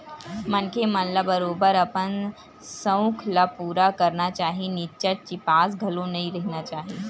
मनखे मन ल बरोबर अपन सउख ल पुरा करना चाही निच्चट चिपास घलो नइ रहिना चाही